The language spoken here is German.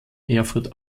erfurt